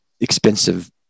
expensive